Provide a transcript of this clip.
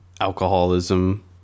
alcoholism